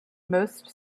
most